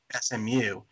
SMU